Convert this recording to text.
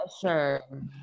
sure